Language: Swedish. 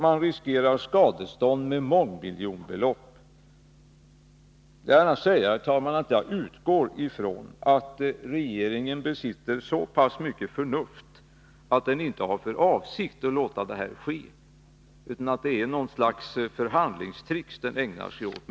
Man riskerar då skadestånd på mångmiljonbelopp. Jag vill, herr talman, gärna säga att jag utgår från att regeringen besitter så mycket förnuft att den inte har för avsikt att låta detta ske, utan att det är något slags förhandlingstricks som den ägnar sig åt.